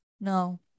No